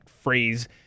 phrase